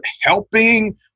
helping